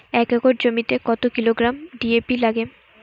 এক একর জমিতে কত কিলোগ্রাম ডি.এ.পি লাগে?